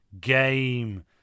game